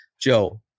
Joe